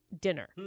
dinner